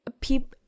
people